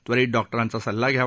त्वरित डॉक् तिंचा सल्ला घ्यावा